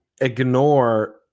ignore